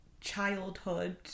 childhood